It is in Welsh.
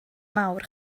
mawr